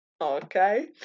Okay